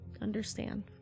understand